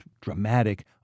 dramatic